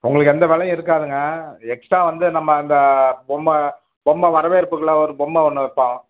உங்களுக்கு எந்த வேலையும் இருக்காதுங்க எக்ஸ்ட்ரா வந்து நம்ம அந்த பொம்மை பொம்மை வரவேற்புக்கெல்லாம் ஒரு பொம்மை ஒன்று வைப்போம்